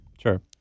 Sure